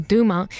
Duma